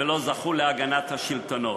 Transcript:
ולא זכו להגנת השלטונות.